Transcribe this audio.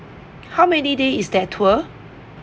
how many days is that tour